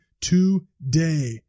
today